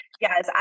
yes